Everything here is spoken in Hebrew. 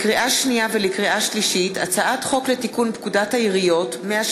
לקריאה שנייה ולקריאה שלישית: הצעת חוק לתיקון פקודת העיריות (מס'